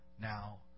now